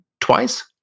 twice